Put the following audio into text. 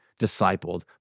discipled